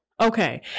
Okay